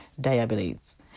diabetes